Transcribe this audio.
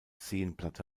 seenplatte